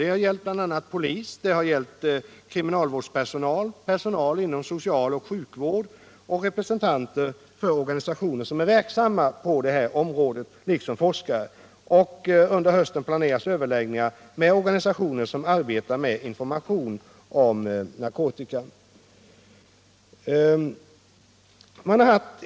Det har bl.a. gällt polis, kriminalvårdspersonal, personal inom socialoch sjukvård, representanter för organisationer som är verksamma på området samt forskare. Under hösten planeras vidare överläggningar med organisationer som arbetar med information om narkotika.